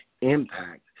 impact